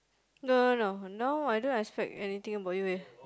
no no no now I don't expect anything about you eh